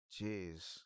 Jeez